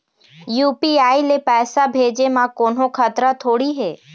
UPI ले पैसे भेजे म कोन्हो खतरा थोड़ी हे?